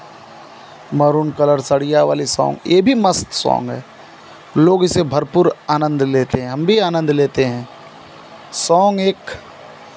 maroon colour सड़िया वाला song ये भी मस्त सोंग है लोग इसे भरपूर आनंद लेते हैं हम भी आनंद लेते हैं सोंग एक